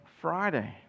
Friday